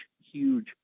huge